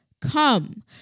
come